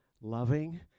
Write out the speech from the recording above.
loving